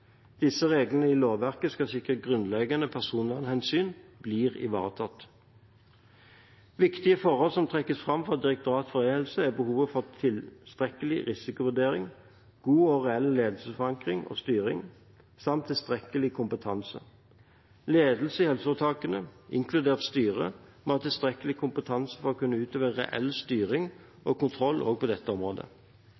Disse reglene i lovverket skal sikre at grunnleggende personvernhensyn blir ivaretatt. Viktige forhold som trekkes fram fra Direktoratet for e-helse, er behovet for tilstrekkelige risikovurderinger, god og reell ledelsesforankring og styring samt tilstrekkelig kompetanse. Ledelsen i helseforetakene, inkludert styret, må ha tilstrekkelig kompetanse for å kunne utøve reell styring